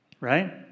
right